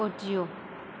audio